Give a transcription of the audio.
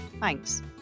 Thanks